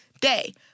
day